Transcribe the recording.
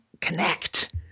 connect